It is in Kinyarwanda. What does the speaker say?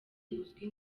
uzwi